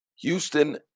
Houston